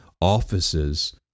offices